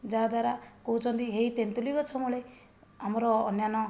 ଯାହାଦ୍ୱାରା କହୁଛନ୍ତି ହେଇ ତେନ୍ତୁଳି ଗଛ ମୂଳେ ଆମର ଅନ୍ୟାନ୍ୟ